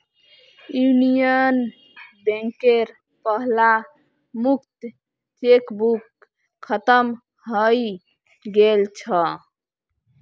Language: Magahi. यूनियन बैंकेर पहला मुक्त चेकबुक खत्म हइ गेल छ